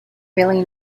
really